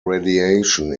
radiation